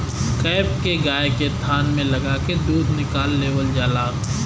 cap के गाय के थान में लगा के दूध निकाल लेवल जाला